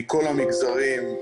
מכל המגזרים,